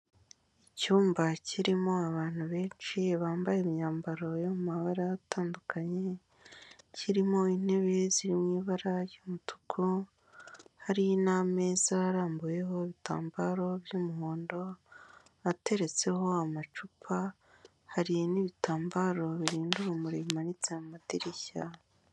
Icyumba kirimo abantu benshi bambaye imyambaro yo mu mabara atandukanye, kirimo intebe ziriwi ibara ry'umutuku, hari n'ameza arambuyeho ibitambaro by'umuhondo ateretseho amacupa, hari n'ibitambaro birinda urumuri bimanitse mu madirishya.